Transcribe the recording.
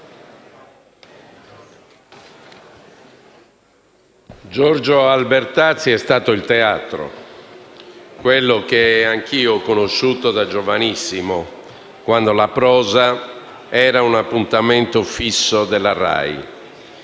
Giorgio Albertazzi è stato il teatro, quello che anch'io ho conosciuto da giovanissimo, quando la prosa era un appuntamento fisso della RAI.